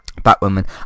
Batwoman